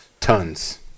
Tons